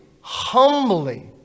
humbly